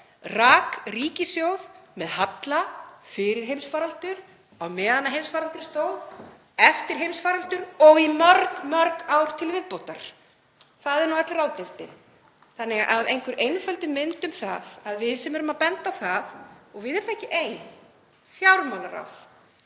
rak ríkissjóð með halla fyrir heimsfaraldur, á meðan heimsfaraldri stóð, eftir heimsfaraldur og í mörg mörg ár til viðbótar. Það er nú öll ráðdeildin. Einhver einföld mynd um það að við sem erum að benda á það — og við erum ekki ein um það, fjármálaráð,